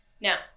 Now